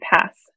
pass